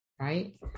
Right